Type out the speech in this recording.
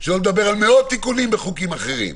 שלא לדבר על מאות תיקונים בחוקים אחרים,